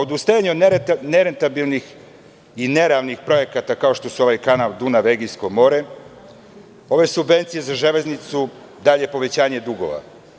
Odustajanje od nerentabilnih i nerealnih projekata, kao što su ovaj kanal Dunav – Egejsko more, ove subvencije za „Železnicu“, dalje povećanje dugova.